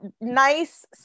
nice